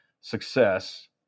success